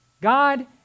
God